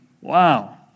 wow